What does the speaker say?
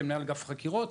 כמנהל אגף החקירות,